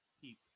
keep